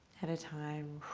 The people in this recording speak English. at a time.